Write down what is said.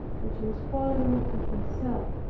which was calling me to himself.